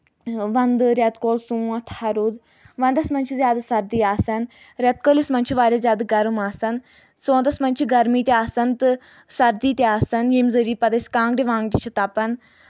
ونٛدٕ رؠتہٕ کول سونٛتھ ہرُد ونٛدس منٛز چھِ زیادٕ سردی آسان رؠتہٕ کٲلِس منٛز چھِ واریاہ زیادٕ گرُم آسان سونٛتس منٛز چھُ گرمی تہِ آسان تہٕ سردی تہِ آسان ییٚمہِ ذٔریعہِ پتہٕ أسۍ کانٛگرِ وانٛگرِ چھِ تپن